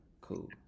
cool